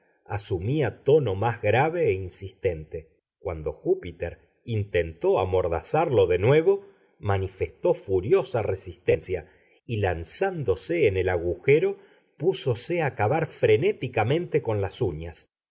asumía tono más grave e insistente cuando júpiter intentó amordazarlo de nuevo manifestó furiosa resistencia y lanzándose en el agujero púsose a cavar frenéticamente con las uñas